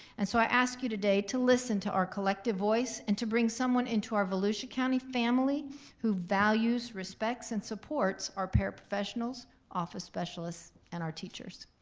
and so i ask you today to listen to our collective voice, and to bring someone into our volusia county family who values, respects, and support our paraprofessionals, office specialists, and our teachers.